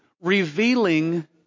revealing